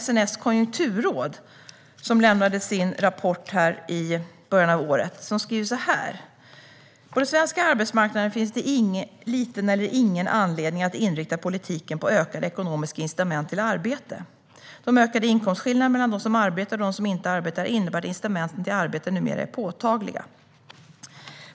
SNS konjunkturråd lämnade sin rapport i början av året. Där skriver man så här: "På den svenska arbetsmarknaden finns det liten eller ingen anledning att inrikta politiken på ökade ekonomiska incitament till arbete. De ökade inkomstskillnaderna mellan de som arbetar och de som inte arbetar innebär att incitamenten till arbete numera är påtagliga."